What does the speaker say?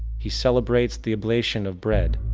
he celebrates the oblation of bread,